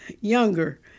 younger